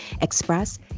express